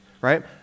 right